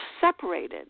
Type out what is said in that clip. separated